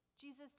Jesus